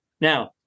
Now